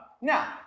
Now